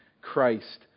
Christ